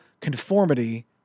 conformity